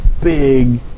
big